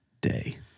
day